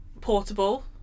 portable